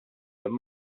minn